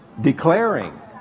declaring